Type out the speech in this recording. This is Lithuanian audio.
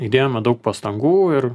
įdėjome daug pastangų ir